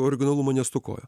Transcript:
originalumo nestokojo